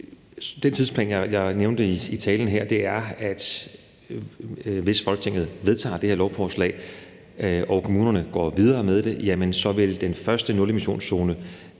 Den tidsplan, jeg nævnte i talen her, medfører, hvis Folketinget vedtager det her lovforslag og kommunerne går videre med det, at den første nulemissionszoner